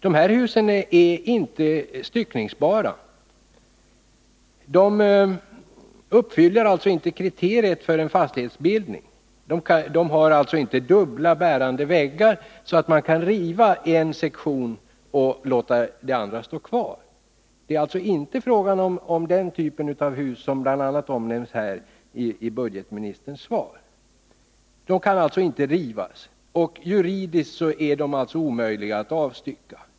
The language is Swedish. De aktuella husen är inte styckningsbara. De uppfyller alltså inte kriteriet för en fastighetsbildning. De har inte dubbla bärande väggar så att man kan riva en sektion och låta den andra stå kvar. Det är alltså inte fråga om sådana familjebostäder som bl.a. omnämns i budgetministerns svar. De kan inte rivas separat, och juridiskt sett är de omöjliga att avstycka.